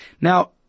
Now